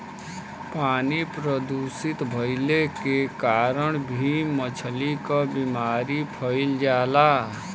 पानी प्रदूषित भइले के कारण भी मछली क बीमारी फइल जाला